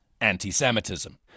anti-Semitism